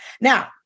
Now